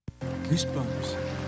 Goosebumps